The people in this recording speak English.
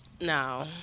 no